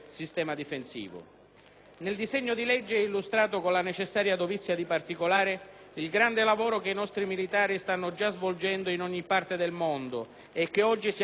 Nel disegno di legge è illustrato, con la necessaria dovizia di particolari, il grande lavoro che i nostri militari stanno svolgendo in ogni parte del mondo e che oggi siamo chiamati a rinnovare: